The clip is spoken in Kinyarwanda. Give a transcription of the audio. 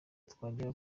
twagera